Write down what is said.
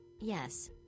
Yes